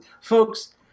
folks